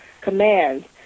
commands